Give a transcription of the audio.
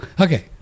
Okay